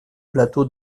plateau